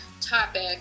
topic